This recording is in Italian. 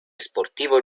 sportivo